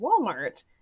Walmart